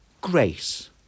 Grace